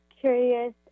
curious